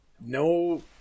no